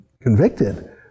convicted